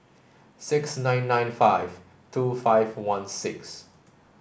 six nine nine five two five one six